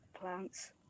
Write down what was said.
plants